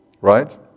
Right